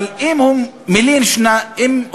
אבל אם הוא מלין ליומיים,